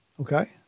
Okay